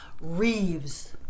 Reeves